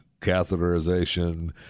catheterization